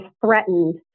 threatened